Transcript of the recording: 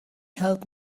helped